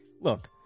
Look